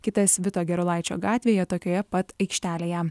kitas vito gerulaičio gatvėje tokioje pat aikštelėje